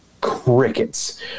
crickets